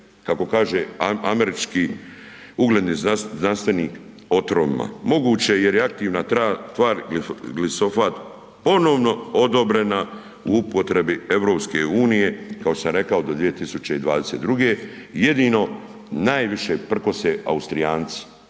kako kaže američki ugledni znanstvenik otrovima. Moguće, jer je aktivna tvar glifosat ponovno odobrena u upotrebi EU, kao što sam rekao do 2022., jedino najviše prkose Austrijanci,